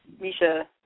Misha